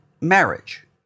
marriage